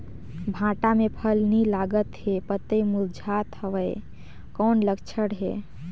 भांटा मे फल नी लागत हे पतई मुरझात हवय कौन लक्षण हे?